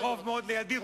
קרוב מאוד לידי,